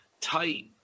tight